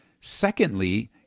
Secondly